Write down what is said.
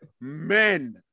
men